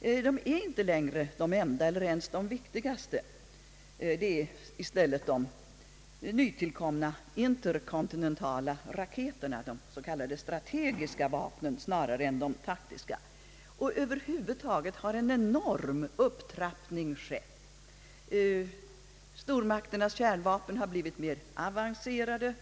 är inte längre de enda eller ens de viktigaste. I stället är de nytillkomna interkontinentala raketerna, de s.k. strategiska vapnen viktigare än de taktiska. Över huvud taget har en enorm upptrappning «skett. Stormakternas kärnvapen har blivit mer avancerade.